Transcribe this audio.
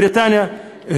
בריטניה,